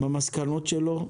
במסקנות שלו,